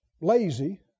lazy